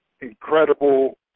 incredible